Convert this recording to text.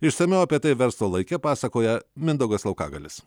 išsamiau apie tai verslo laike pasakoja mindaugas laukagalis